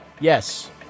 Yes